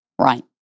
Right